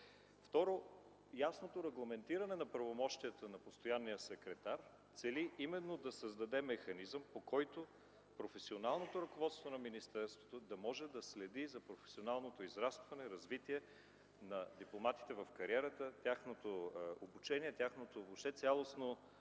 Второ, ясното регламентиране на правомощията на постоянния секретар цели именно да създаде механизъм, по който професионалното ръководството на министерството да може да следи за професионалното израстване, развитие на дипломатите в кариерата, тяхното обучение, въобще тяхното